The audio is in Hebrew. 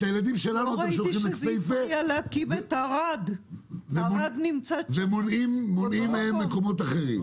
את הילדים שלנו אתם שולחים לכסייפה ומונעים בנייה במקומות אחרים.